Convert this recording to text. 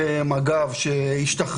חובה במשטרה ושוטרי מג"ב שהשתחררו.